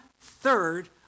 third